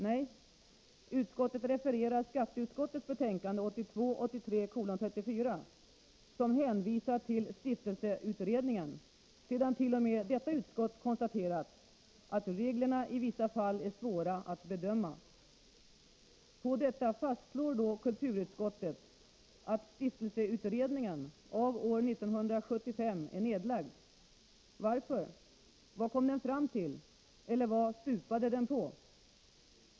Nej, utskottet refererar skatteutskottets betänkande 1982/83:34 där utskottet hänvisar till stiftelseutredningen, sedan t.o.m. detta utskottet konstaterat att ”reglerna i vissa fall är svåra att bedöma”. På detta fastslår kulturutskottet att stiftelseutredningen av år 1975 är nedlagd! Varför? Vad kom den fram till? Eller vad stupade den på?